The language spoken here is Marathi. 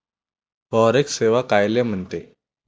फॉरेक्स सेवा कायले म्हनते?